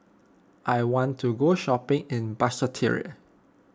I want to go shopping in Basseterre